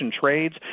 trades